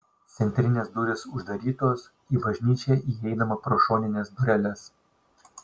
centrinės durys uždarytos į bažnyčią įeinama pro šonines dureles